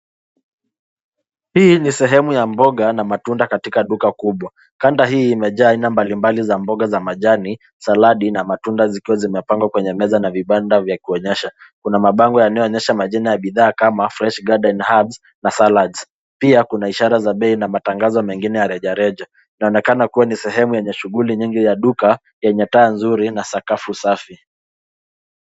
Hii ni sehemu ya mboga na matunda katika duka kubwa, kanda hii imejaa hii namba mbalimbali za mboga za majani, saladi na matunda zikiwa zimepangwa kwenye meza na vibanda vya kuonyesha kuna mabango yanayonyesha majina ya bidhaa kama [fresh garden hearts na salads] pia kuna ishara za bei na matangazo mengine ya rejareja inaonekana kuwa ni sehemu yenye shughuli nyingi ya duka yenye taa nzuri na sakafu safi.